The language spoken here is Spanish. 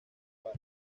var